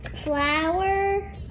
flower